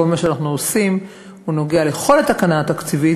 כל מה שאנחנו עושים נוגע לכל התקנה התקציבית